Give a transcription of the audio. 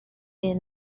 there